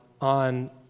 on